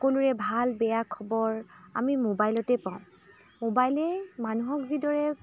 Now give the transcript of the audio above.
সকলোৰে ভাল বেয়া খবৰ আমি মোবাইলতে পাওঁ মোবাইলে মানুহক যিদৰে